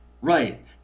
Right